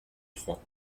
trois